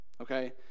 okay